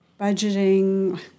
budgeting